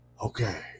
Okay